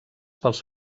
pels